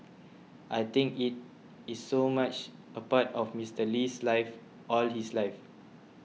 I think it is so much a part of Mister Lee's life all his life